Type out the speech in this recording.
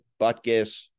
Butkus